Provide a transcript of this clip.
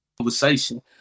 Conversation